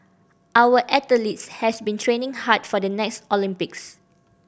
our athletes has been training hard for the next Olympics